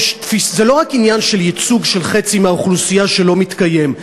זה לא רק עניין של ייצוג של חצי מהאוכלוסייה שלא מתקיים,